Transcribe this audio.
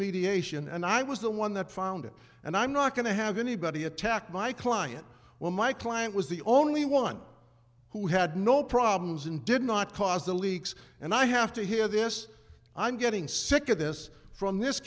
mediation and i was the one that found it and i'm not going to have anybody attack my client while my client was the only one who had no problems and did not cause the leaks and i have to hear this i'm getting sick of this from this